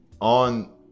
on